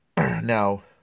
Now